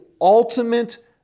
ultimate